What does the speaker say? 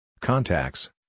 Contacts